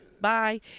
Bye